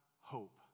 hope